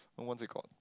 what's it called